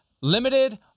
limited